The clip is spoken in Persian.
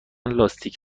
لاستیک